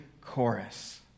chorus